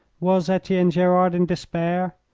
was etienne gerard in despair?